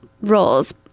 roles